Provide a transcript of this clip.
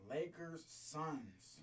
Lakers-Suns